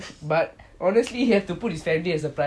but honestly he have to put his family as a priority lah